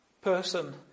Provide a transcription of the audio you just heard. person